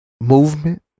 movement